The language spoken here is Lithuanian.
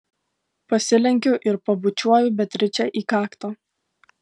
pasilenkiu ir pabučiuoju beatričę į kaktą